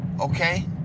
Okay